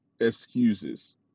excuses